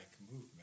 movement